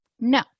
no